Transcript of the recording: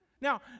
Now